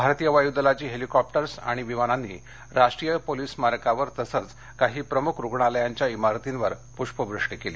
भारतीय वायू दलाची हेलिकॉप्टर्स आणि विमानांनी राष्ट्रीय पोलिस स्मारकावर तसंच काही प्रमुख रुग्णालयांच्या इमारतींवर पृष्पवृष्टि केली